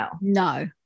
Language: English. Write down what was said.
no